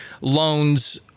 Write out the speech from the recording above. loans